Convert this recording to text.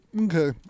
Okay